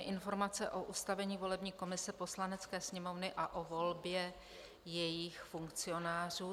Informace o ustavení volební komise Poslanecké sněmovny a o volbě jejích funkcionářů